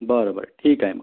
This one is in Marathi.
बरं बरं ठीक आहे मग